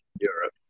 Europe